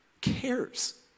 cares